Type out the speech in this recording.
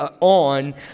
on